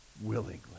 willingly